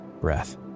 breath